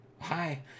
hi